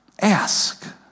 ask